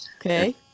okay